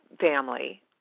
family